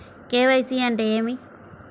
KYC అంటే ఏమి?